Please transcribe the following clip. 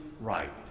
right